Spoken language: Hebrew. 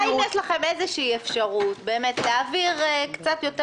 האם יש לכם איזו אפשרות להעביר קצת יותר